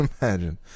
Imagine